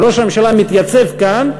אם ראש הממשלה מתייצב כאן,